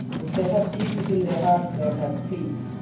if they have jesus in their heart they'll have peace.